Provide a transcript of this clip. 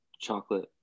Chocolate